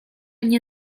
nie